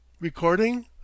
recording